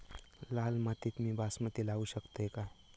लाल मातीत मी बासमती लावू शकतय काय?